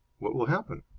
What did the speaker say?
what will happen?